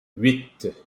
huit